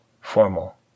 formal